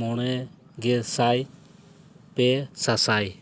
ᱢᱚᱬᱮ ᱜᱮᱥᱟᱭ ᱯᱮ ᱥᱟᱥᱟᱭ